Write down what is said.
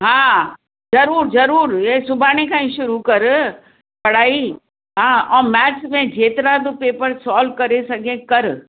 हा जरूर जरूर हीअ सुभाणे खां ई शुरू कर पढ़ाई हा ऐं मैथ्स में जेतिरा तूं पेपर सोल्व करे सघे करि